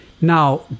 Now